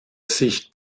sicht